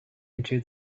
into